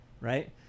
right